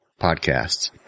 podcasts